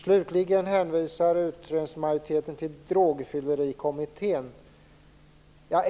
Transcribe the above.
Slutligen hänvisar utskottsmajoriteten till Drograttfylleriutredningen.